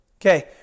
Okay